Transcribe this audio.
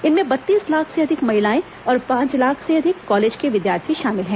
इनमें बत्तीस लाख से अधिक महिलाएं और पांच लाख से अधिक कॉलेज के विद्यार्थी शामिल हैं